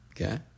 okay